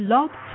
Love